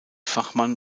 fachmann